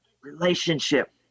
relationship